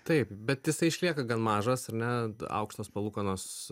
taip bet jisai išlieka gan mažas ar ne aukštos palūkanos